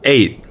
Eight